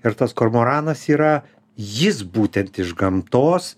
ir tas kormoranas yra jis būtent iš gamtos